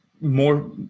more